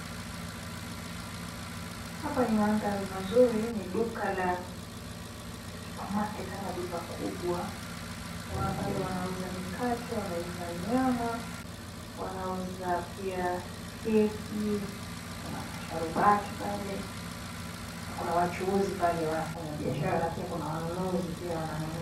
Hapa ni mandhari mazuri. Ni duka la Supermarket , ama duka kubwa. Naona pale wanauza mikate, wanauza nyama, wanauza pia keki. Kuna masharubati pale, na kuna wachuuzi pale wanaofanya biashara, na pia kuna wanunuzi wananunua.